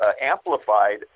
amplified